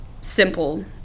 simple